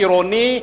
עירוני,